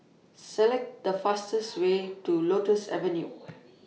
Select The fastest Way to Lotus Avenue